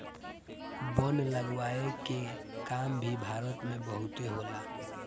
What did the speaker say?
वन लगावे के काम भी भारत में बहुते होला